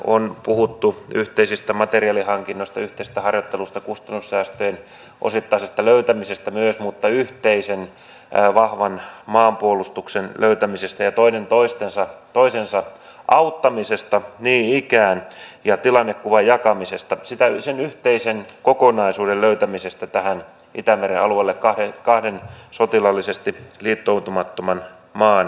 on puhuttu yhteisistä materiaalihankinnoista yhteisestä harjoittelusta kustannussäästöjen osittaisesta löytämisestä mutta myös yhteisen vahvan maanpuolustuksen löytämisestä toinen toisensa auttamisesta niin ikään ja tilannekuvan jakamisesta sen yhteisen kokonaisuuden löytämisestä tähän itämeren alueelle kahden sotilaallisesti liittoutumattoman maan välille